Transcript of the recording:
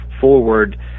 forward